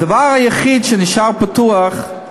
הדבר היחיד שנשאר פתוח,